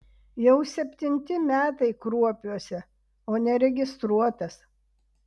jau septinti metai kruopiuose o neregistruotas